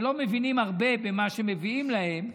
שלא מבינים הרבה במה שמביאים להם,